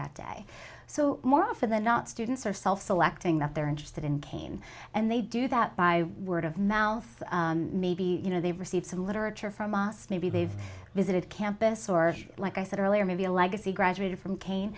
that day so more often than not students are self selecting that they're interested in cane and they do that by word of mouth maybe you know they've received some literature from us maybe they've visited campus or like i said earlier maybe a legacy graduated from k